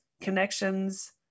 connections